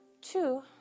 two